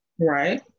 Right